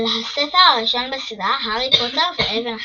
על הספר הראשון בסדרה "הארי פוטר ואבן החכמים"